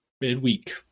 midweek